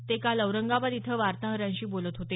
ते काल औरंगाबाद इथं वार्ताहरांशी बोलत होते